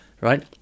right